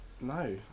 No